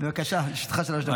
בבקשה, לרשותך שלוש דקות.